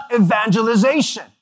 evangelization